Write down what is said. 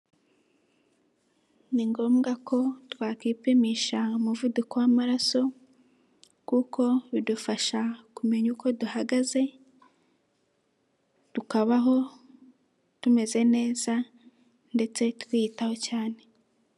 Ni ngombwa ko twakwipimisha umuvuduko w'amaraso, kuko bidufasha kumenya uko duhagaze, tukabaho tumeze neza ndetse turiyitaho cyane.